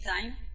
time